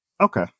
Okay